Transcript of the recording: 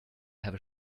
have